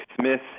Smith